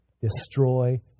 destroy